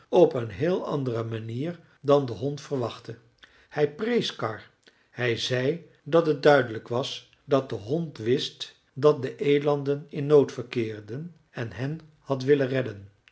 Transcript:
op een heel andere manier dan de hond verwachtte hij prees karr hij zei dat het duidelijk was dat de hond wist dat de elanden in nood verkeerden en hen had willen redden